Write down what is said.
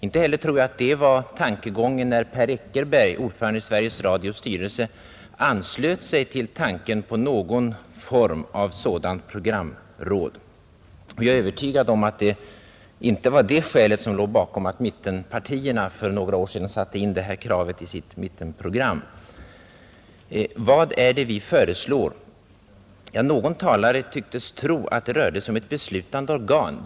Inte heller tror jag att det var tankegången när Per Eckerberg, ordförande i Sveriges Radios styrelse, anslöt sig till tanken på någon form av programråd. Och jag är övertygad om att det inte var det skälet som låg bakom att mittenpartierna för några år sedan satte in kravet på ett programråd i sitt mittenprogram. Vad är det vi föreslår? Någon talare tycktes tro att det rörde sig om ett beslutande organ.